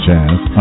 Jazz